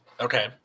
Okay